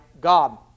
God